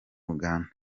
uganda